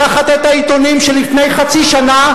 לקחת את העיתונים של לפני חצי שנה,